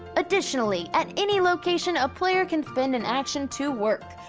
additionally, at any location, a player can spend an action to work,